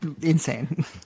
insane